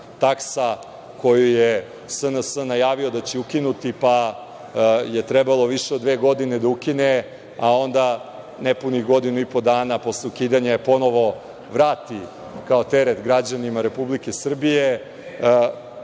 taksa koju je SNS najavio da će ukinuti, pa je trebalo više od dve godine da je ukine, a onda nepunih godinu i po dana posle ukidanja je ponovo vrati kao teret građanima Republike Srbije,